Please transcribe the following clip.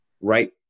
right